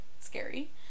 scary